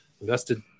Invested